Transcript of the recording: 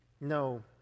No